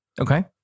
Okay